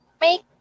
make